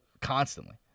constantly